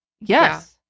yes